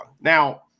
now